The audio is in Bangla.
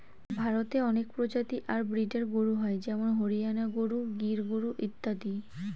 ভারতে অনেক প্রজাতি আর ব্রিডের গরু হয় যেমন হরিয়ানা গরু, গির গরু ইত্যাদি